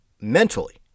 mentally